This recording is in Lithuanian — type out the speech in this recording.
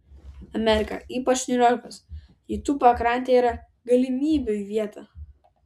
amerika ypač niujorkas rytų pakrantė yra galimybių vieta